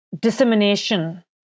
dissemination